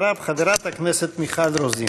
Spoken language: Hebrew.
אחריו חברת הכנסת מיכל רוזין.